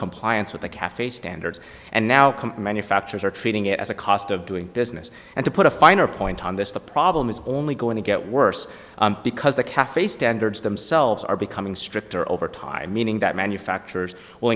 compliance with the cafe standards and now manufacturers are treating it as a cost of doing business and to put a finer point on this the problem is only going to get worse because the cafe standards themselves are becoming stricter over time meaning that manufacturers will